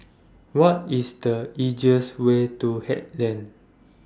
What IS The easiest Way to Haig Lane